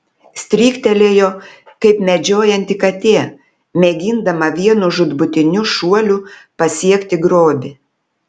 stryktelėjo kaip medžiojanti katė mėgindama vienu žūtbūtiniu šuoliu pasiekti grobį